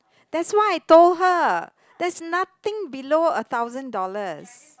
that's why I told her that's nothing below a thousand dollars